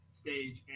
stage